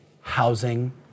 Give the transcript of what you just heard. Housing